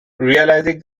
realizing